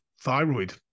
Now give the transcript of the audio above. thyroid